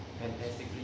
fantastically